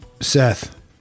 seth